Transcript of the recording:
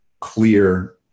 clear